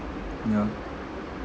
yeah